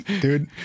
Dude